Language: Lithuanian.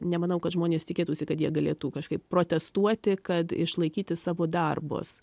nemanau kad žmonės tikėtųsi kad jie galėtų kažkaip protestuoti kad išlaikyti savo darbus